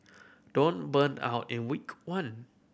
don't burn out in week one